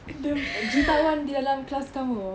the jutawan di dalam kelas kamu